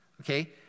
Okay